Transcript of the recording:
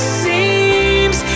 seems